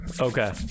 Okay